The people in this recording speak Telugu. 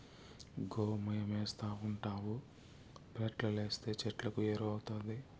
గోమయమేస్తావుండావు పెరట్లేస్తే చెట్లకు ఎరువౌతాది